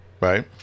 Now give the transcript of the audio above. Right